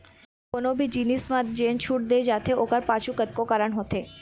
कोनो भी जिनिस म जेन छूट दे जाथे ओखर पाछू कतको कारन होथे